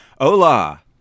Hola